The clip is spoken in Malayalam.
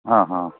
ആ ആ